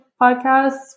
podcasts